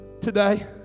today